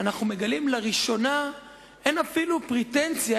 אנחנו מגלים לראשונה שאין אפילו פרטנזיה,